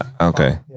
Okay